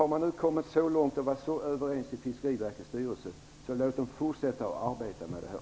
När man nu kommit så långt och varit så överens i Fiskeriverkets styrelse tycker jag att vi skall låta den fortsätta att arbeta med detta.